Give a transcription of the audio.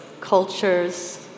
cultures